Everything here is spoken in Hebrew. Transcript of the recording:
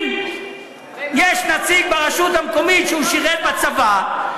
אם יש נציג ברשות המקומית ששירת בצבא,